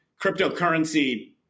Cryptocurrency